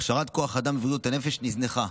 הכשרת כוח אדם בבריאות הנפש נזנחה.